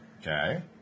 Okay